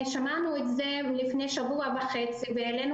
שמענו את זה לפני שבוע וחצי והעלינו